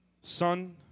Son